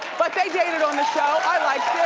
but they dated on the show. i liked